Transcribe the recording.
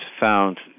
found